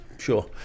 Sure